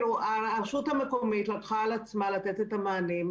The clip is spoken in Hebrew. הרשות המקומית לקחה על עצמה לתת את המענים,